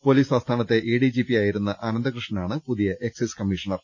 police ആ സ്ഥാ നത്തെ എഡി ജി പി യാ യി രു ന്ന അനന്തൃഷ്ണനാണ് പുതിയ എക്സൈസ് കമ്മീഷണർ